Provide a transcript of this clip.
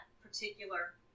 particular